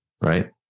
right